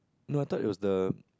no I thought it was the